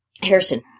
Harrison